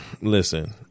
listen